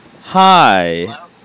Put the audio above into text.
Hi